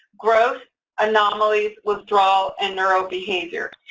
growth anomalies, withdrawal, and neurobehavior?